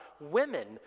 women